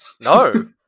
No